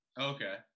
Okay